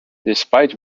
despite